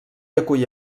acull